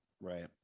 right